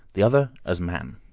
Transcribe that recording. the other as man